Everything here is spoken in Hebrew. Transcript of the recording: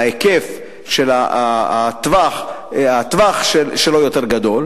הטווח שלו יותר גדול,